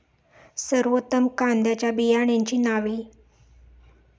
सर्वोत्तम कांद्यांच्या बियाण्यांची नावे?